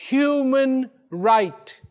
human right